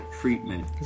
treatment